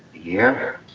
year a